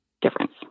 difference